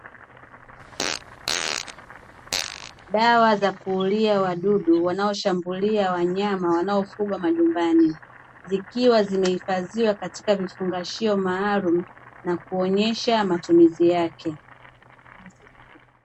Dawa za kuulia wadudu wanaoshambulia wanyama wanaofugwa majumbani, zikiwa zimehifadhiwa katika vifungashio maalumu na kuonyesha matumizi yake.